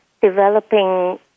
developing